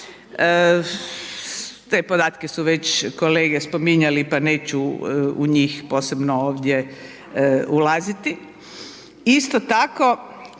Te podatke su već kolege spominjali pa neću u njih posebno ovdje ulaziti.